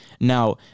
Now